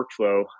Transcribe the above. workflow